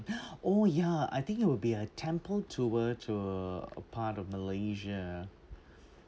oh ya I think it will be a temple tour to a a part of malaysia